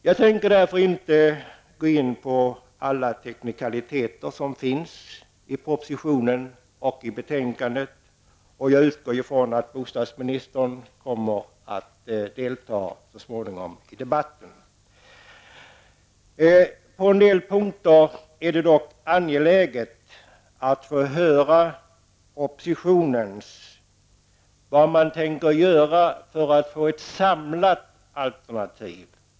Jag tänker därför inte gå in på alla teknikaliteter som finns i propositionen och i betänkandet. Jag utgår ifrån att bostadsministern så småningom kommer att delta i debatten. På en del punkter är det dock angeläget att få höra vad man från oppositionen tänker göra för att få ett samlat alternativ.